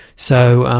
so,